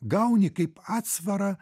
gauni kaip atsvarą